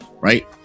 right